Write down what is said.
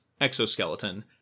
exoskeleton